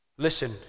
Listen